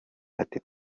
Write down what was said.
ati